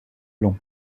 long